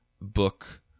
book